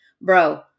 bro